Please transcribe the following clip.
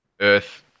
Earth